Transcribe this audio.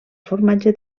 formatge